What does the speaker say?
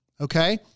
okay